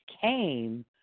came